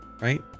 Right